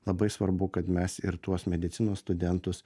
labai svarbu kad mes ir tuos medicinos studentus